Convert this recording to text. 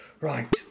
right